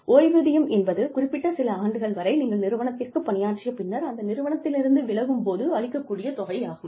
ஓய்வூதியம் என்பது குறிப்பிட்ட சில ஆண்டுகள் வரை நீங்கள் நிறுவனத்திற்கு பணியாற்றிய பின்னர் அந்த நிறுவனத்திலிருந்து விலகும் போது அளிக்கக்கூடிய தொகை ஆகும்